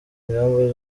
ingamba